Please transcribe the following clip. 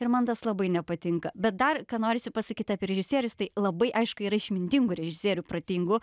ir man tas labai nepatinka bet dar ką norisi pasakyt apie režisierius tai labai aišku yra išmintingų režisierių protingų